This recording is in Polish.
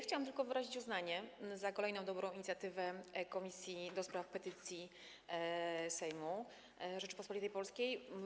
Chciałabym tylko wyrazić uznanie za kolejną dobrą inicjatywę Komisji do Spraw Petycji Sejmu Rzeczypospolitej Polskiej.